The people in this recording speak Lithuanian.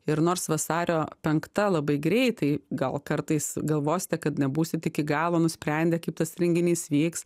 ir nors vasario penkta labai greitai gal kartais galvosite kad nebūsit iki galo nusprendę kaip tas renginys vyks